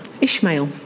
Ishmael